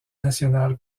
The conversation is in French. nationale